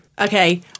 Okay